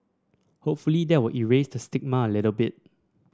hopefully that will erase the stigma a little bit